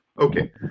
Okay